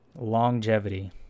longevity